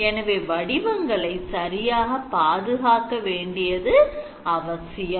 எனவே வடிவங்களை சரியாக பாதுகாக்க வேண்டியது அவசியம்